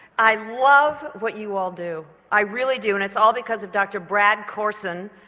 i love what you all do, i really do and it's all because of dr brad corson,